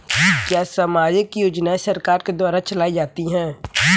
क्या सामाजिक योजनाएँ सरकार के द्वारा चलाई जाती हैं?